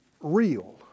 real